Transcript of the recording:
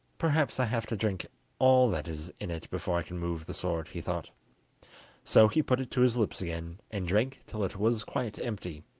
perhaps i have to drink all that is in it before i can move the sword he thought so he put it to his lips again and drank till it was quite empty.